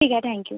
ठीक आहे थॅंक्यू